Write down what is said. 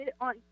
on